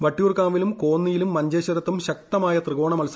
വട്ടിയൂർക്കാവിലും കോന്നിയിലും മഞ്ചേശ്വരത്തും ശക്തമായ ത്രികോണ മത്സരമാണ്